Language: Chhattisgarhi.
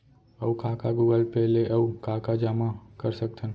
अऊ का का गूगल पे ले अऊ का का जामा कर सकथन?